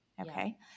okay